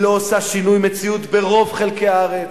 היא לא עושה שינוי מציאות ברוב חלקי הארץ,